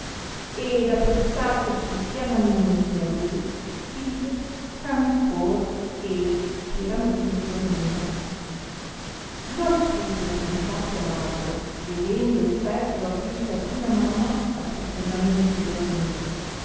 smarrì ed appressatosi pianamente a lui vide eh ancor ei fieramente dormiva lo astuto e trincato ladro vedendo il servo a guisa d una marmotta profondamente dormire